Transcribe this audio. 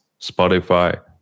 Spotify